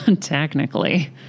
technically